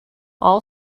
all